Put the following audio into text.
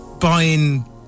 buying